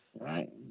right